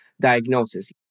diagnosis